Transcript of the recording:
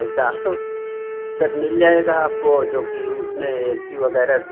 तो चार सौ टिकट मिल जाएगा आपको और जो कि उसमें ए सी वगैरह